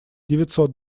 девятьсот